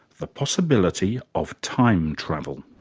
the possibility of time travel.